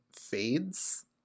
fades